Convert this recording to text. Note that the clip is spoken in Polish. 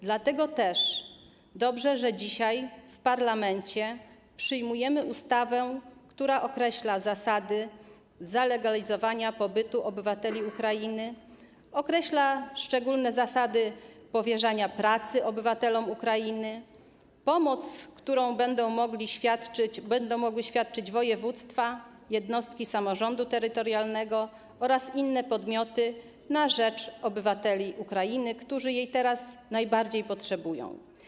Dlatego też dobrze, że dzisiaj w parlamencie przyjmujemy ustawę, która określa zasady zalegalizowania pobytu obywateli Ukrainy, określa szczególne zasady powierzania pracy obywatelom Ukrainy, pomoc, którą będą mogły świadczyć województwa, jednostki samorządu terytorialnego oraz inne podmioty na rzecz obywateli Ukrainy, którzy jej teraz najbardziej potrzebują.